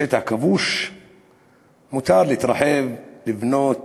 בשטח כבוש מותר להתרחב, לבנות,